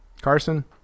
Carson